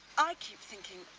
i keep thinking,